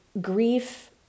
grief